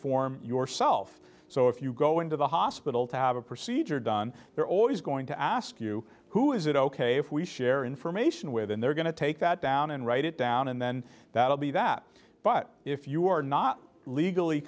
form yourself so if you go into the hospital to have a procedure done they're always going to ask you who is it ok if we share information with and they're going to take that down and write it down and then that will be that but if you are not legally